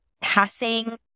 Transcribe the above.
passing